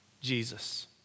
Jesus